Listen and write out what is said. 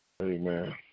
Amen